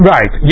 Right